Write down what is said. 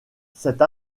cette